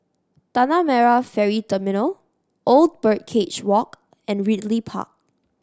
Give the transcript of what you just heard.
Tanah Merah Ferry Terminal Old Birdcage Walk and Ridley Park